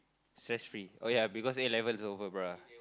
stress free oh yeah because A-level is over bruh